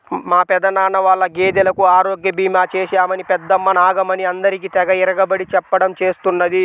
మా పెదనాన్న వాళ్ళ గేదెలకు ఆరోగ్య భీమా చేశామని పెద్దమ్మ నాగమణి అందరికీ తెగ ఇరగబడి చెప్పడం చేస్తున్నది